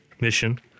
mission